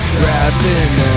grabbing